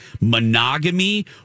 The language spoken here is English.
monogamy